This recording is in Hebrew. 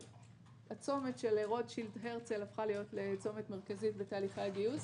והצומת של רוטשילד-הרצל הפך להיות לצומת מרכזי בתהליכי הגיוס.